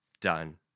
done